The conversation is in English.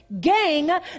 gang